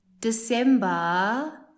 December